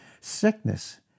Sickness